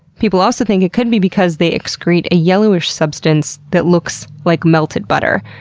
people also think it could be because they excrete a yellowish substance that looks like melted butter.